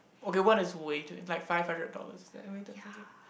okay what's weighted like five hundred dollars that was weighted or something